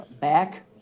back